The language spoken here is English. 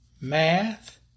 math